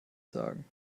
sagen